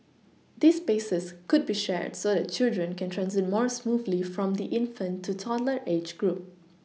these spaces could be shared so that children can transit more smoothly from the infant to toddler age group